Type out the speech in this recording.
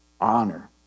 Honor